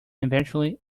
eventually